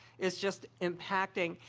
is just impacting.